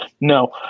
No